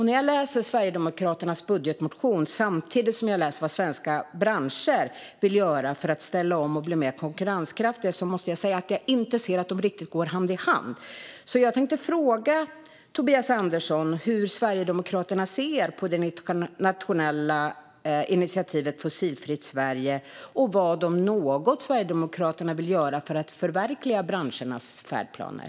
När jag läser Sverigedemokraternas budgetmotion samtidigt som jag läser vad svenska branscher vill göra för att ställa om och bli mer konkurrenskraftiga ser jag inte att de går hand i hand. Jag vill därför fråga Tobias Andersson hur Sverigedemokraterna ser på det nationella initiativet Fossilfritt Sverige. Vad - om något - vill Sverigedemokraterna göra för att förverkliga branschernas färdplaner?